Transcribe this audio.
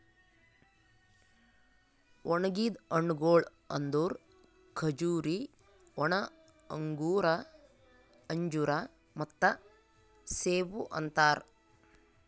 ಒಣುಗಿದ್ ಹಣ್ಣಗೊಳ್ ಅಂದುರ್ ಖಜೂರಿ, ಒಣ ಅಂಗೂರ, ಅಂಜೂರ ಮತ್ತ ಸೇಬು ಅಂತಾರ್